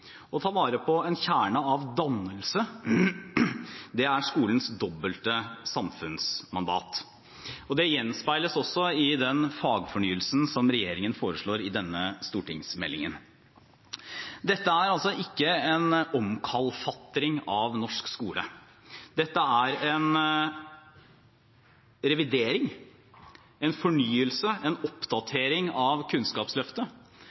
ta vare på en kjerne av dannelse – det er skolens dobbelte samfunnsmandat. Det gjenspeiles også i den fagfornyelsen som regjeringen foreslår i denne stortingsmeldingen. Dette er altså ikke en omkalfatring av norsk skole. Dette er en revidering, en fornyelse, en oppdatering av Kunnskapsløftet,